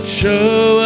show